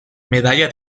medalla